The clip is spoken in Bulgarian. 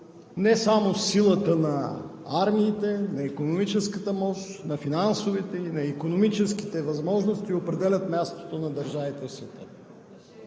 не само силата на армиите, на икономическата мощ, на финансовите, на икономическите възможности определят мястото на държавите в